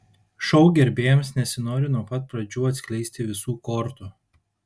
šou gerbėjams nesinori nuo pat pradžių atskleisti visų kortų